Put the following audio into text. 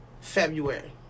February